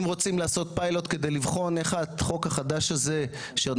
אם רוצים לעשות פיילוט כדי לבחון איך החוק החדש הזה שעוד